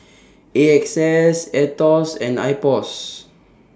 A X S Aetos and Ipos